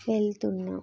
వెళ్తున్నాము